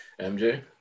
MJ